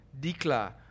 Dikla